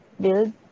build